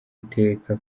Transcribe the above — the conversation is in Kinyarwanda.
iteka